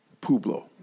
Pueblo